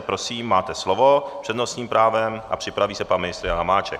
Prosím máte slovo s přednostním právem a připraví se pan ministr Jan Hamáček.